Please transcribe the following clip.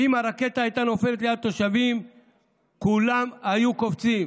ואם הרקטה הייתה נופלת ליד התושבים כולם היו קופצים.